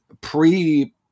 pre